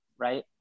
right